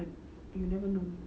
I you never know